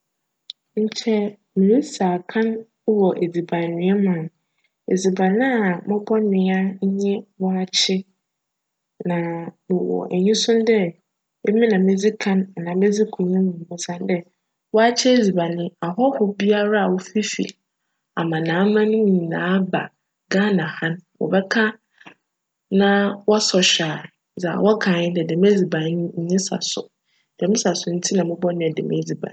Nkyj mirisi akan wc edziban noa mu a, edziban a mobcnoa nye "waakye". Na mowc enyisom dj emi na mebedzi kan anaa medzi konyim osiandj "waakye" edziban ahcho biara wofifi aman aman nyinara ba Ghana ha no, wcbjka na wcsc hwj a, dza wcka nye dj djm edziban yi onnyi saso. Djm saso ntsi na mobcnoa djm edziban yi.